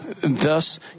Thus